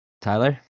Tyler